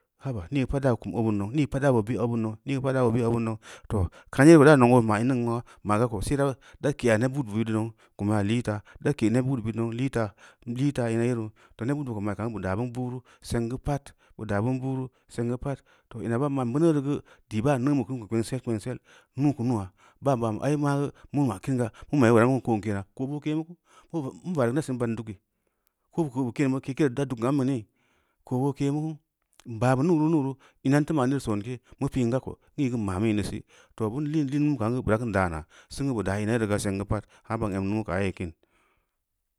Haba mī ī geu daa oo kum obin mu, mii geu pad daa boo be’ obin noo, nīz’ geu pad daa boo be obin nou, too kam yee bura bam nen oo ma ining nau, ma’ga ko see bid da ke’a neb bud be bid deu nen kun ya lii tau, da ke’ neb buud be bid nau lii tau, lii fa ina yerou, too neb buud be ko ma’i kan geu bu daa bin buru seng geu pad. Bu daa bin bunu seng geu pad, too ina ban ma’n buneu reu geu, elii baa neu bu kin geu kpengsel kpengsel, nuu keu nua, ban ban ai maageu mu ma kinga mu mai geu bura mun ko ke’na, ko boo ke’mu ku, n vareu na sin vadn dugeu, ko ko bu ke’neu ke’ke reu daa dugn ambu nii, ko boo ke mu ke, n baa bu naanu-nunru, ina a n teu ma’n yere sense mu pā’n ga ka ii geu n ma’mu inasi, too pi’n ga ka ii geu n ma’mu inasi, too ban liin lumu kan geu burakin daana, sengu bu daa ina yere ga sengu pad haa ben em mumu kaaye kini.